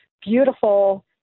beautiful